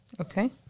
Okay